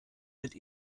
mit